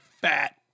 fat